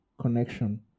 connection